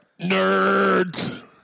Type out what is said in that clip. nerds